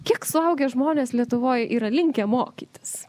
kiek suaugę žmonės lietuvoj yra linkę mokytis